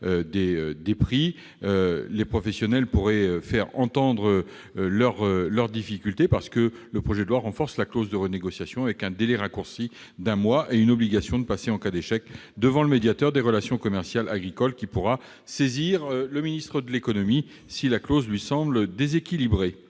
des prix. Les professionnels pourraient faire entendre leurs difficultés, parce que le projet de loi renforce la clause de renégociation, avec un délai raccourci d'un mois et une obligation de passer, en cas d'échec, devant le médiateur des relations commerciales agricoles, qui pourra saisir le ministre de l'économie si la clause lui semble déséquilibrée.